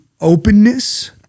openness